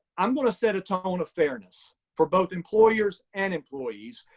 i'm gonna set a tone of fairness for both employers and employees.